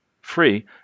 free